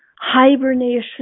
hibernation